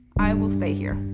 i will stay here.